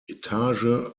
etage